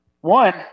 One